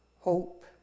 hope